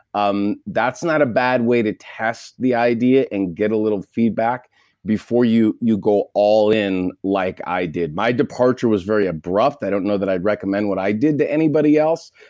um that's not a bad way to test the idea and get a little feedback before you you go all in like i did. my departure was very abrupt. i don't know that i recommend what i did to anybody else,